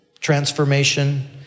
transformation